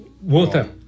water